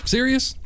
Serious